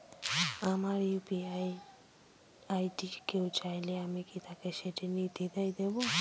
আমার UPI ID কেউ চাইলে কি আমি তাকে সেটি নির্দ্বিধায় দেব?